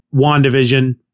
WandaVision